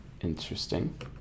interesting